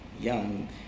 young